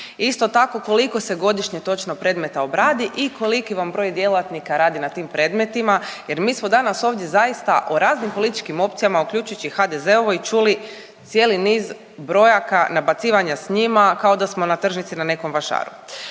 Isto tako koliko se godišnje točno predmeta obradi i koliki vam broj djelatnika radi na tim predmetima jer mi smo danas ovdje zaista o raznim političkim opcijama uključujući i HDZ-ovoj čuli cijeli niz brojaka, nabacivanja s njima kao da smo na tržnici na nekom vašaru.